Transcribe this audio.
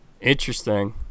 interesting